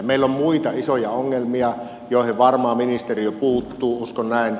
meillä on muita isoja ongelmia joihin varmaan ministeriö puuttuu uskon näin